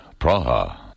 Praha